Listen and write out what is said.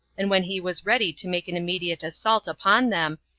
and when he was ready to make an immediate assault upon them,